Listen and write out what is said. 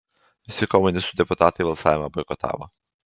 visi komunistų deputatai balsavimą boikotavo